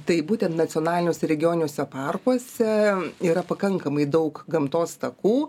tai būtent nacionaliniuose regioniuose parkuose yra pakankamai daug gamtos takų